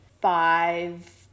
five